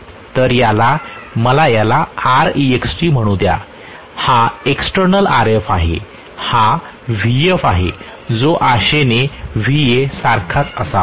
तर मला याला Rext म्हणू द्या हा रेझिस्टन्स Rf आहे हा Vf आहे जो आशेने Va सारखाच असावा